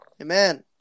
Amen